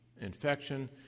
infection